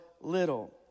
little